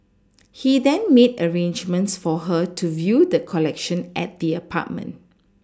he then made arrangements for her to view the collection at the apartment